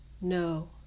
No